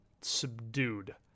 subdued